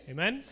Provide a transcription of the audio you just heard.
Amen